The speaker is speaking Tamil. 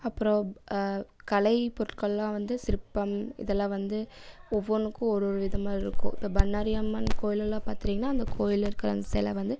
அப்புறம் கலை பொருட்களெலாம் வந்து சிற்பம் இதெல்லாம் வந்து ஒவ்வொன்றுக்கும் ஒரு ஒரு விதமாக இருக்கும் இப்போ பண்ணாரி அம்மன் கோயில்லெலாம் பார்த்துட்டிங்னா அந்த கோயிலில் இருக்கிற அந்த சிலை வந்து